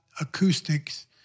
acoustics